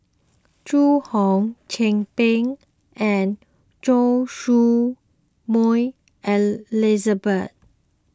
Zhu Hong Chin Peng and Choy Su Moi Elizabeth